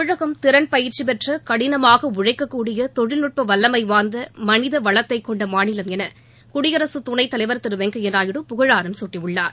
தமிழகம் திறன் பயிற்சி பெற்ற கடினமாக உழைக்கக்கூடிய தொழில்நுட்ப வல்லமை வாய்ந்த மனித வளத்தைக் கொண்ட மாநிலம் என குடியரசு துணைத்தலைவர் திரு வெங்கையா நாயுடு புகழாரம் சூட்டியுள்ளார்